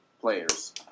players